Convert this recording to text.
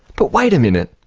but wait a minute,